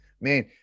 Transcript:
man